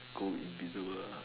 go invisible ah